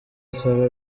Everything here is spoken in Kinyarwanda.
asaba